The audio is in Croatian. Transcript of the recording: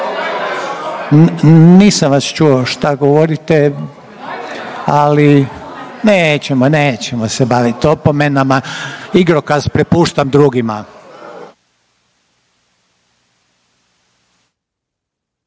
Nisam vas čuo šta govorite, ali, nećemo, nećemo se bavit opomenama. Igrokaz prepuštam drugima.